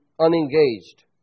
unengaged